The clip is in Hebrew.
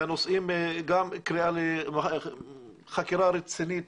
והנושא הוא גם קריאה לחקירה רצינית